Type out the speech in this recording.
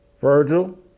Virgil